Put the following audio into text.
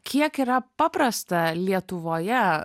kiek yra paprasta lietuvoje